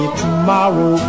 tomorrow